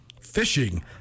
fishing